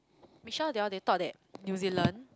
Michelle they all they thought that New-Zealand